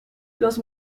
los